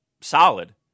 solid